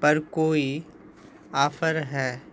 پر کوئی آفر ہے